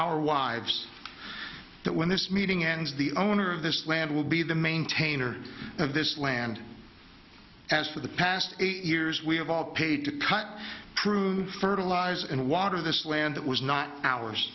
our wives that when this meeting ends the owner of this land will be the maintainer of this land as for the past eight years we have all paid to cut through fertilize and water this land that was not ours